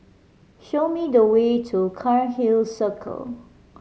show me the way to Cairnhill Circle